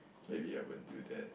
maybe I won't do that